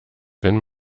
wenn